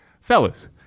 Fellas